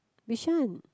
Bishan